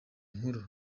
nkuru